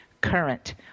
current